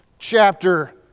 chapter